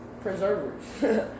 preservers